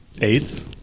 AIDS